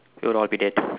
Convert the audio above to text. we will all be dead